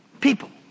people